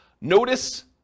Notice